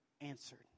answered